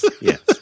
Yes